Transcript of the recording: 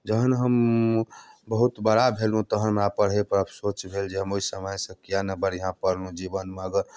जखन हम बहुत बड़ा भेलहुँ तऽ हमरा पढ़ैपर सोच भेल जे हम ओहि समयसँ किआ नहि बढ़िआँ पढ़लहुँ जीवनमे अगर